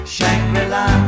Shangri-La